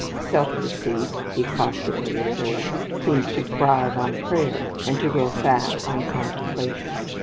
self-deceit, he caustically observes, seems to thrive on prayer, and to grow fat on contemplation.